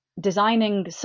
designing